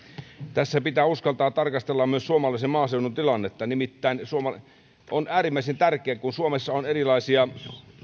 tässä pitää uskaltaa tarkastella myös suomalaisen maaseudun tilannetta nimittäin on äärimmäisen tärkeää että kun suomessa on